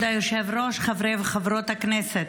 כבוד היושב-ראש, חברי וחברות הכנסת,